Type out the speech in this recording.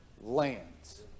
lands